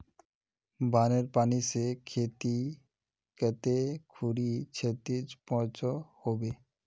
बानेर पानी से खेतीत कते खुरी क्षति पहुँचो होबे?